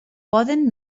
poden